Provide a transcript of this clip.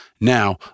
Now